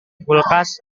kulkas